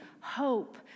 hope